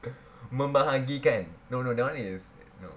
membahagikan no no that one is